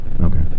okay